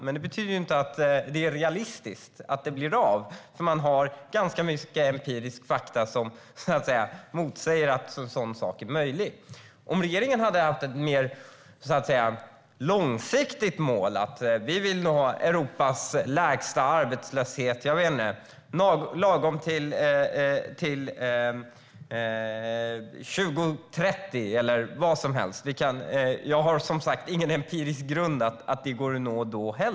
Men det betyder inte att det är realistiskt att det blir av, för det finns ganska många empiriska fakta som motsäger att en sådan sak vore möjlig. Regeringen hade kunnat ha ett mer långsiktigt mål, till exempel att nå Europas lägsta arbetslöshet lagom till 2030. Jag har ingen empirisk grund för att säga att det går att nå målet ens då.